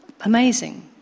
amazing